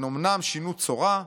הם אומנם שינו צורה,